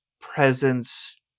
presence